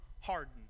hardened